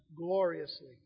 gloriously